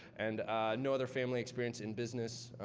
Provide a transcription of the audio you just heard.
and no other family experience in business.